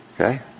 okay